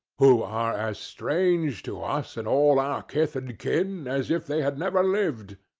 who are as strange to us and all our kith and kin, as if they had never lived.